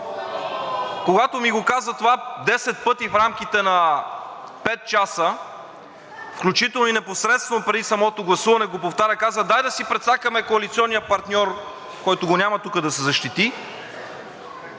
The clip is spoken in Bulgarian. Когато ми го каза това десет пъти в рамките на пет часа, включително и непосредствено преди самото гласуване го повтори, каза: дай да си прецакаме коалиционния партньор… който го няма тука да се защити…